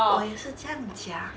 我也是这样讲 need to testing area